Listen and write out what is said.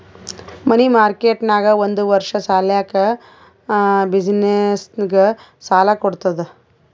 ಮನಿ market ನಾಗ್ ಒಂದ್ ವರ್ಷ ಸಲ್ಯಾಕ್ ಬಿಸಿನ್ನೆಸ್ಗ ಸಾಲಾ ಕೊಡ್ತುದ್